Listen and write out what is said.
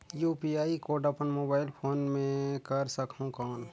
UPI code अपन mobile phone मे कर सकहुं कौन?